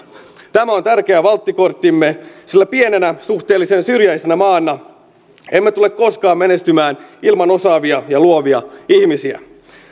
tämä on tärkeä valttikorttimme sillä pienenä suhteellisen syrjäisenä maana emme tule koskaan menestymään ilman osaavia ja luovia ihmisiä